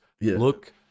look